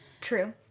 True